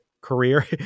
career